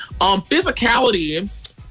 Physicality